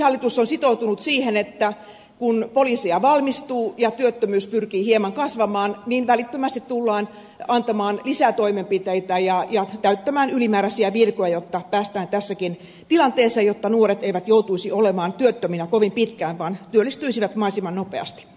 poliisihallitus on sitoutunut siihen että kun poliiseja valmistuu ja työttömyys pyrkii hieman kasvamaan niin välittömästi tullaan antamaan lisätoimenpiteitä ja täyttämään ylimääräisiä virkoja jotta päästään tässäkin tilanteessa siihen että nuoret eivät joutuisi olemaan työttöminä kovin pitkään vaan työllistyisivät mahdollisimman nopeasti